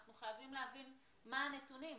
אנחנו חייבים להבין מה הנתונים,